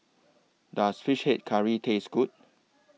Does Fish Head Curry Taste Good